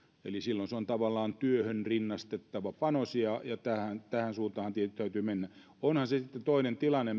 eli silloin se on tavallaan työhön rinnastettava panos ja tähän tähän suuntaan tietysti täytyy mennä onhan sitten toinen tilanne